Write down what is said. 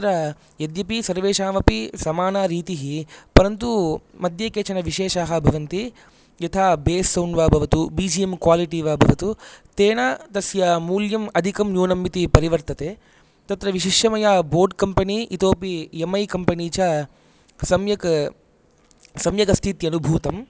तत्र यद्यपि सर्वेषामपि समानरीतिः परन्तु मध्ये केचन विशेषाः भवन्ति यथा बेस् सौण्ड् वा भवतु बी जी एम् क्वालिटि वा भवतु तेन तस्य मूल्यम् अधिकं न्यूनम् इति परिवर्तते तत्र विशिष्य मया बोट् कम्पनी इतोऽपि यम् ऐ कम्पनी च सम्यक् सम्यक् अस्ति इति अनुभूतम्